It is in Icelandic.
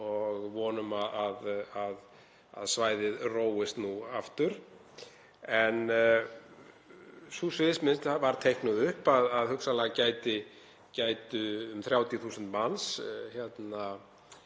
og von um að svæðið róist nú aftur en sú sviðsmynd var teiknuð upp að hugsanlega gætu um 30.000 manns